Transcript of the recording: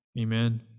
Amen